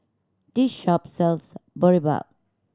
this shop sells Boribap